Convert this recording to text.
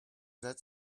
that